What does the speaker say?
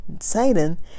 Satan